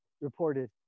reported